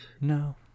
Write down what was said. No